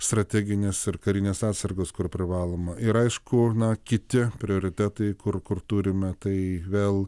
strateginės ir karinės atsargos kur privaloma ir aišku na kiti prioritetai kur kur turime tai vėl